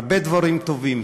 הרבה דברים טובים,